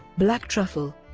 black truffle